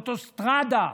אוטוסטרדה.